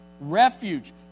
refuge